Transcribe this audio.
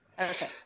Okay